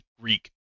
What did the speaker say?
Greek